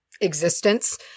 existence